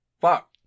Fuck